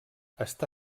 està